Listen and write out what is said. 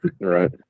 right